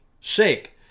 sick